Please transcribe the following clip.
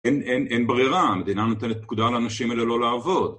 אין אין אין ברירה, המדינה נותנת פקודה לאנשים האלה לא לעבוד.